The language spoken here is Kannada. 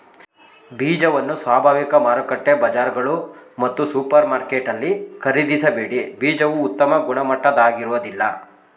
ಬೀಜವನ್ನು ಸ್ವಾಭಾವಿಕ ಮಾರುಕಟ್ಟೆ ಬಜಾರ್ಗಳು ಮತ್ತು ಸೂಪರ್ಮಾರ್ಕೆಟಲ್ಲಿ ಖರೀದಿಸಬೇಡಿ ಬೀಜವು ಉತ್ತಮ ಗುಣಮಟ್ಟದಾಗಿರೋದಿಲ್ಲ